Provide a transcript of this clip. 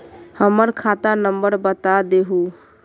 हमर खाता नंबर बता देहु?